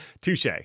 Touche